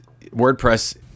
WordPress